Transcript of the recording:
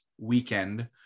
weekend